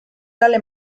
dalle